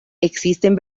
existen